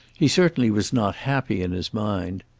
he certainly was not happy in his mind.